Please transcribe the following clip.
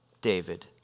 David